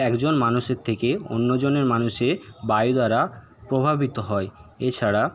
একজন মানুষের থেকে অন্যজনের মানুষে বায়ু দ্বারা প্রভাবিত হয় এছাড়া